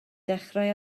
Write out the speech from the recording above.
dechrau